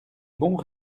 bons